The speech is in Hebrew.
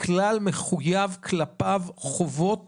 הכלל מחויב כלפיו חובות